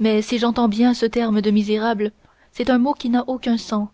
mais si j'entends bien ce terme de misérable c'est un mot qui n'a aucun sens